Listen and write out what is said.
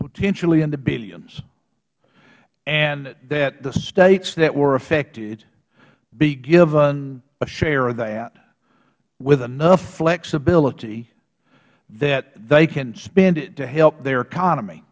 potentially in the billions and that the states that were affected be given a share of that with enough flexibility that they can spend it to help their economy